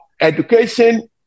education